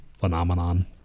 Phenomenon